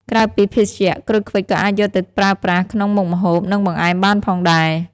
ក្រៅពីភេសជ្ជៈ ក្រូចឃ្វិចក៏អាចយកទៅប្រើប្រាស់ក្នុងមុខម្ហូប និងបង្អែមបានផងដែរ។